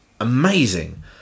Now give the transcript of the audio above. amazing